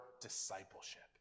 discipleship